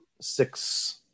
six